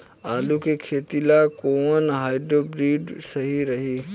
आलू के खेती ला कोवन हाइब्रिड बीज सही रही?